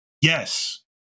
Yes